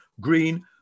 green